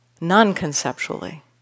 non-conceptually